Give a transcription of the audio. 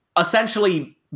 essentially